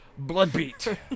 Bloodbeat